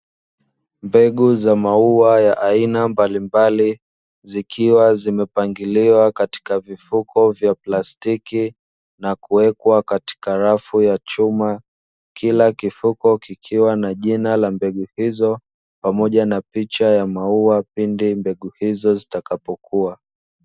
Mbegu za maua ya aina mbalimbali zikiwa zimepangiliwa katika vifuko vya plastiki na kuwekwa katika rafu ya chuma, kila kifuko kikiwa na jina la mbegu hizo pamoja na picha ya maua pindi mbegu hizo zitakapokua.